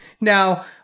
Now